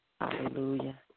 Hallelujah